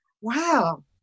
wow